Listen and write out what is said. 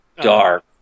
dark